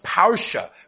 Parsha